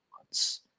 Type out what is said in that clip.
months